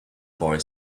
boy